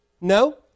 No